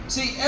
See